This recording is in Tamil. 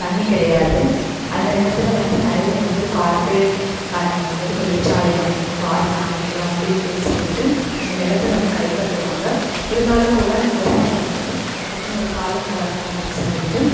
தண்ணி கிடையாது அந்த நிலத்தில் வந்து நிறைய வந்து கார்ப்ரேட்காரங்கள் வந்துட்டு தொழிற்சாலை அமைக்கணும் பார்க் அமைக்கணும் அப்படி இப்படின்னு சொல்லிவிட்டு அந்த நிலத்தை வந்து கைப்பற்றுவாங்க இருந்தாலும் கூட அந்த விவசாயிகள் வந்து நமக்குனு ஒரு காலம் பிறக்கும் அப்படின்னு சொல்லிவிட்டு